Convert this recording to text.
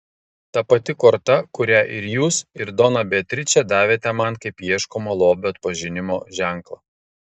ta pati korta kurią ir jūs ir dona beatričė davėte man kaip ieškomo lobio atpažinimo ženklą